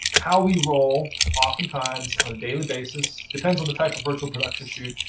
how we roll, oftentimes, on a daily basis, depends on the type of virtual production shoot.